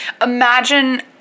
imagine